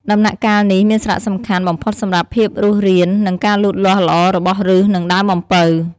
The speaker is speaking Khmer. ដំណាក់កាលនេះមានសារៈសំខាន់បំផុតសម្រាប់ភាពរស់រាន និងការលូតលាស់ល្អរបស់ឫស និងដើមអំពៅ។